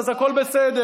אז הכול בסדר.